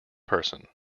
person